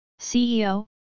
CEO